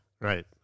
Right